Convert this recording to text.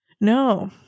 no